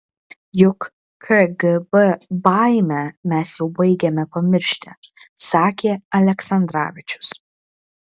juk kgb baimę mes jau baigiame pamiršti sakė aleksandravičius